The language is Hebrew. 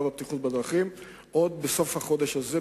והבטיחות בדרכים עוד בסוף החודש הזה,